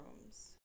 rooms